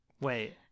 Wait